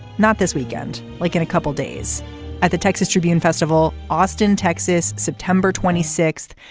not this weekend. like in a couple days at the texas tribune festival. austin texas september twenty six.